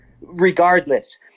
regardless